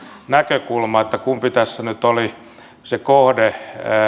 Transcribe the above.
näkökulma kumpi tässä nyt oli se kohde